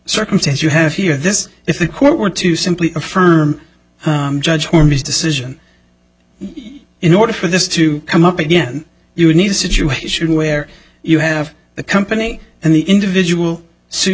circumstance you have here this if the court were to simply affirm judge wormers decision in order for this to come up again you need a situation where you have the company and the individual sue